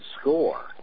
score